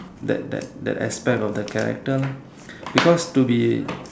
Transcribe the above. that that that aspect of the character lah because to be